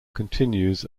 continues